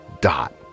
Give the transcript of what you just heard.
dot